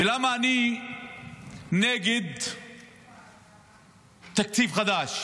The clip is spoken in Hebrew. ולמה אני נגד תקציב חדש